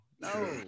no